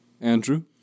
Andrew